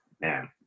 Man